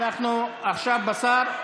אנחנו עכשיו עם השר.